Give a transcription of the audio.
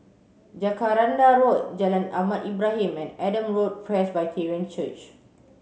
Jacaranda Road Jalan Ahmad Ibrahim and Adam Road Presbyterian Church